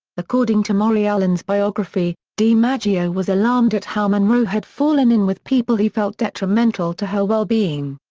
according to maury allen's biography, dimaggio was alarmed at how monroe had fallen in with people he felt detrimental to her well-being.